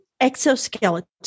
exoskeleton